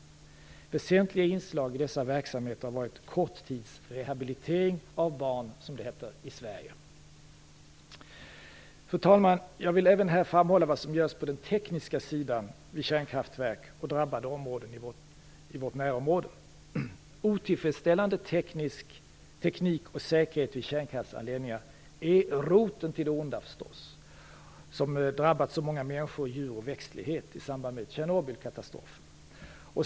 Väsentliga inslag i dessa verksamheter har varit korttidsrehabilitering av barn i Sverige. Fru talman! Jag vill här även framhålla vad som görs på den tekniska sidan vid kärnkraftverk och drabbade områden i vårt närområde. Otillfredsställande teknik och säkerhet vid kärnkraftsanläggningar är roten till det onda som drabbat så många människor, djur och växtlighet i samband med Tjernobylkatastrofen.